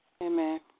Amen